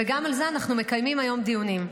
וגם על זה אנחנו מקיימים היום דיונים.